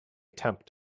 tempt